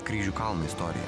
kryžių kalno istoriją